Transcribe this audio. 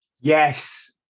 Yes